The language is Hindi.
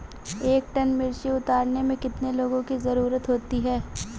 एक टन मिर्ची उतारने में कितने लोगों की ज़रुरत होती है?